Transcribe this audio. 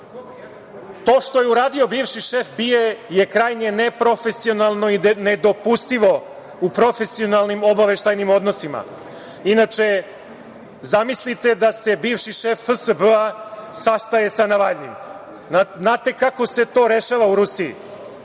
što je uradio bivši šef BIA je krajnje neprofesionalno i nedopustivo u profesionalnim obaveštajnim odnosima. Inače, zamislite da se bivši šef FSB-a, sastaje sa Navaljnim. Znate kako se to rešava u Rusiji,